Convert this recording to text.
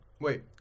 Wait